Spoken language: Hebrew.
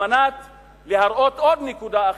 כדי להראות עוד נקודה אחרת,